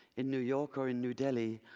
in new york or in new delhi,